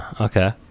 okay